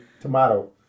tomato